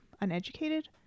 uneducated